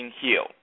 heal